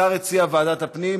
השר הציע ועדת הפנים.